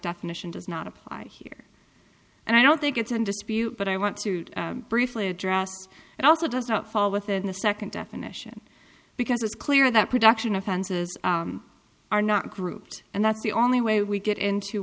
definition does not apply here and i don't think it's in dispute but i want to briefly address and also does not fall within the second definition because it's clear that production offenses are not grouped and that's the only way we get into